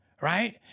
Right